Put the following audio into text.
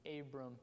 Abram